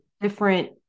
different